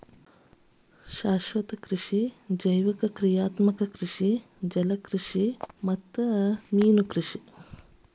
ಶಾಶ್ವತ ಕೃಷಿ ಜೈವಿಕ ಕ್ರಿಯಾತ್ಮಕ ಕೃಷಿ ಜಲಕೃಷಿ ಮತ್ತ ಮೇನುಕೃಷಿ